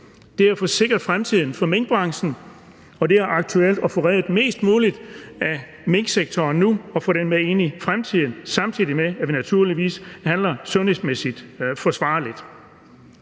det er at få sikret fremtiden for minkbranchen, og det er aktuelt at få reddet mest muligt af minksektoren nu og få den med ind i fremtiden, samtidig med at vi naturligvis handler sundhedsmæssigt forsvarligt.